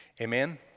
Amen